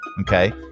Okay